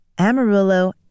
Amarillo